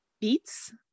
beets